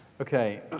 Okay